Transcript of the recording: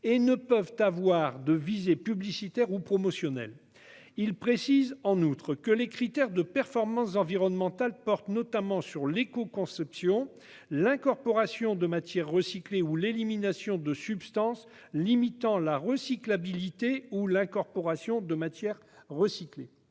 et ne peuvent pas avoir de visée publicitaire ou promotionnelle. Il précise en outre que les critères de performance environnementale portent notamment sur l'écoconception, l'incorporation de matières recyclées et l'élimination de substances susceptibles de limiter la recyclabilité ou l'incorporation de matières recyclées.